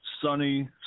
sunny